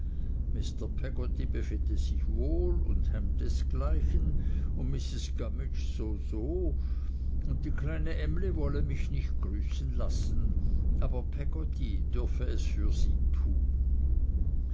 peggotty befinde sich wohl und ham desgleichen und mrs gummidge soso und die kleine emly wolle mich nicht grüßen lassen aber peggotty dürfte es für sie tun